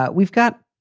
ah we've got,